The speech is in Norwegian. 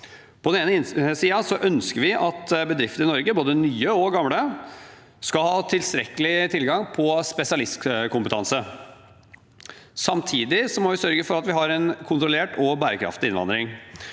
På den ene siden ønsker vi at bedrifter i Norge, både nye og gamle, skal ha tilstrekkelig tilgang på spesialistkompetanse. Samtidig må vi sørge for at vi har en kontrollert og bærekraftig innvandring.